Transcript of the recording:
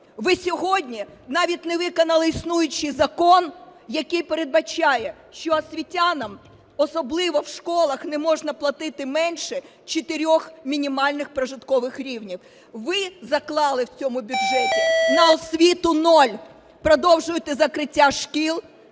Ви сьогодні навіть не виконали існуючий закон, який передбачає, що освітянам, особливо в школах, не можна платити менше чотирьох мінімальних прожиткових рівнів. Ви заклали в цьому бюджеті на освіту нуль, продовжуєте закриття шкіл,